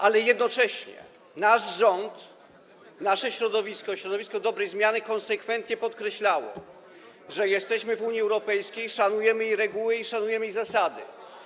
Ale jednocześnie nasz rząd, nasze środowisko, środowisko dobrej zmiany, konsekwentnie podkreślało, że jesteśmy w Unii Europejskiej, szanujemy jej reguły i szanujemy jej zasady.